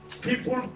people